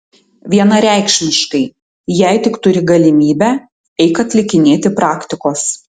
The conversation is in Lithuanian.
vienareikšmiškai jei tik turi galimybę eik atlikinėti praktikos